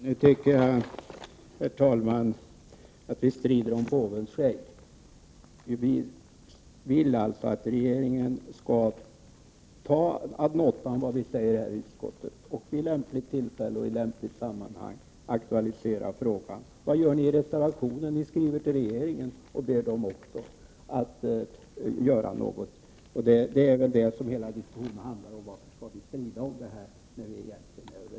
Herr talman! Nu tycker jag att vi strider om påvens skägg. Vi vill alltså att regeringen skall ta ad notam vad vi säger i utskottet och vid lämpligt tillfälle och i lämpligt sammanhang aktualisera frågan. Vad gör ni i reservationen? Ni vill skriva till regeringen och be den att göra något. Det är väl det som hela diskussionen handlar om. Varför skall vi strida om det, när vi egentligen är överens?